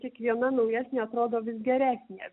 kiekviena naujesnė atrodo vis geresnė